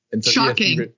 shocking